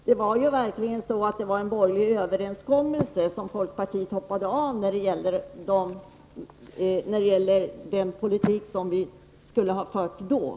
Det var en borgerlig överenskommelse om den politik som skulle föras som folkpartiet hoppade av.